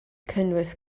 cynnwys